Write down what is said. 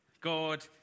God